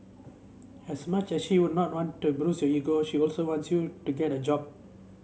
as much as she would not want to bruise your ego she also wants you to get a job